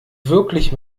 wirklich